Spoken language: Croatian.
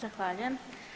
Zahvaljujem.